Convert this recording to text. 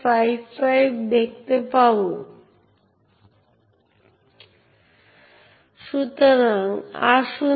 তাই একটি প্রক্রিয়াতে যে ক্রিয়াকলাপগুলি অনুমোদিত হতে পারে তা হল একটি ডিবাগ প্রসেস তৈরি করা কিল্লার প্রসেস বা একটি ডিবাগ প্রসেস